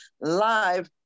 live